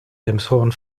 elmshorn